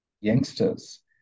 youngsters